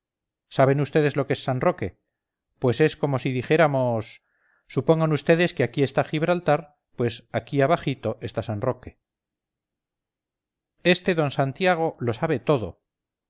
saben vds lo que es san roque pues es como si dijéramos supongan vds que aquí está gibraltar pues aquí abajito está san roque este d santiago lo sabe todo